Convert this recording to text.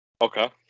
Okay